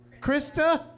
Krista